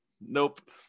Nope